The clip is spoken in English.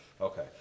Okay